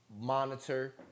monitor